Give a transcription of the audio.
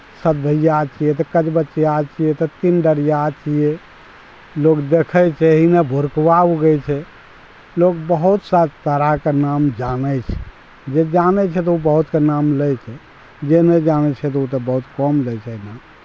सतभइआ छिए तऽ कचबचिआ छिए तऽ तीनडरिआ छिए लोक देखै छै हिने भोरुकवा उगै छै लोक बहुतसा तरहके नाम जानै छै जे जानै छै तऽ ओ बहुतके नाम लै छै जे नहि जानै छै तऽ ओ तऽ बहुत कम लै छै नाम